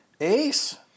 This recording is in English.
Ace